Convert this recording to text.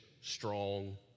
strong